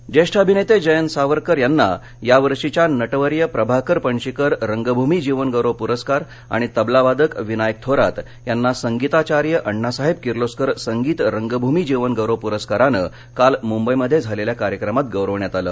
पुरस्कार ज्येष्ठ अभिनेते जयंत सावरकर यांना यावर्षीच्या नटवर्य प्रभाकर पणशीकर रंगभूमी जीवनगौरव पुरस्कार आणि तबला वादक विनायक थोरात यांना संगीताचार्य अण्णासाहेब किर्लोस्कर संगीत रंगभूमी जीवनगौरव पुरस्काराने काल मुंबईमधे झालेल्या कार्यक्रमात गौरवण्यात आले